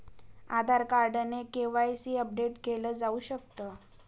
आधार card ने KYC update केल जाऊ शकत